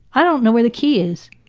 i don't know where the key is!